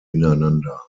ineinander